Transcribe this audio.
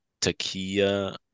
Takia